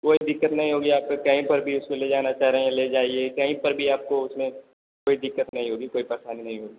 कोई दिक्कत नहीं होगी आपको कहीं पर भी इसको ले जाना चाह रहे हैं ले जाइए कहीं पर भी आपको उसमें कोई दिक्कत नहीं होगी कोई परेशानी नहीं होगी